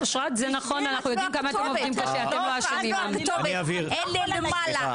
אי אפשר להגיד שלא נותנים מענה.